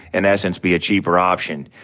and essence, be a cheaper option.